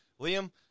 Liam